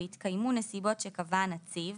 והתקיימו נסיבות שקבע הנציב,